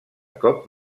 cop